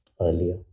earlier